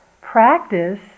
practice